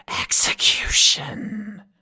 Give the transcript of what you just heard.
Execution